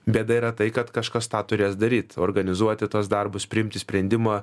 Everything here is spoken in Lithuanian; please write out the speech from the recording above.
bėda yra tai kad kažkas tą turės daryt organizuoti tuos darbus priimti sprendimą